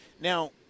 Now